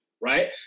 right